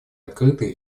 открытый